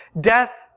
death